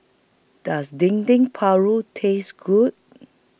Does Dendeng Paru Taste Good